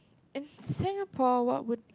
in Singapore what would